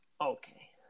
Okay